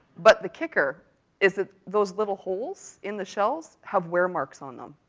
but the kicker is that those little holes in the shells have wear marks on them,